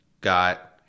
Got